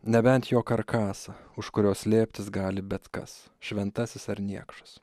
nebent jo karkasą už kurio slėptis gali bet kas šventasis ar niekšas